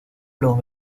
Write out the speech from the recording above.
los